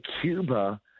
Cuba